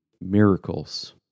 miracles